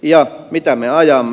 ja mitä me ajamme